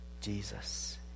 jesus